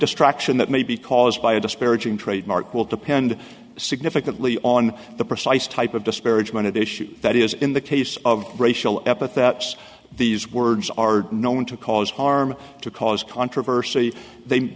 distraction that may be caused by a disparaging trademark will depend significantly on the precise type of disparagement issue that is in the case of racial epithets these words are known to cause harm to cause controversy they